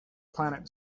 planet